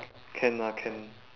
can lah can